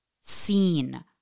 seen